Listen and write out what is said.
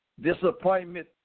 Disappointment